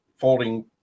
Folding